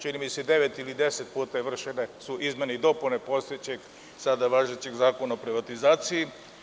Čini mi se da su devet ili deset puta vršene izmene i dopune postojećeg, sada važećeg Zakona o privatizaciji.